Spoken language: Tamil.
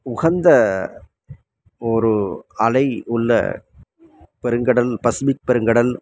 உகந்த ஒரு அலை உள்ள பெருங்கடல் பசுபிக் பெருங்கடல்